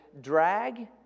drag